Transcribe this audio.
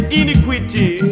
iniquity